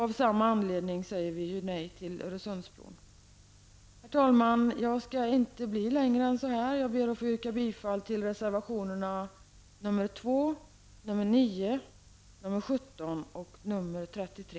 Av samma anledning säger vi nej till Herr talman! Jag ber att få yrka bifall till reservationerna nr 2, 9, 17 och 33.